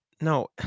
No